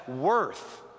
worth